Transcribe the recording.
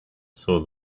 saw